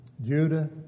Judah